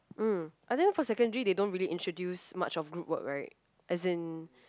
mm I think for secondary they don't really introduce much of group work right as in